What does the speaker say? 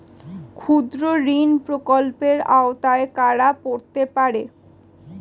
ক্ষুদ্রঋণ প্রকল্পের আওতায় কারা পড়তে পারে?